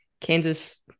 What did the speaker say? Kansas